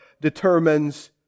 determines